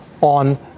on